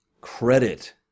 credit